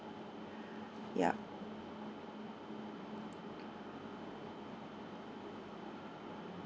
ya